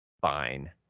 fine